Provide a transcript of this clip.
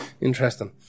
Interesting